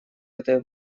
этой